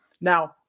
Now